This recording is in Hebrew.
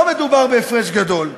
לא מדובר בהפרש גדול.